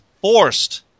forced